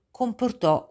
comportò